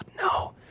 no